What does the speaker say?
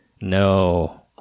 No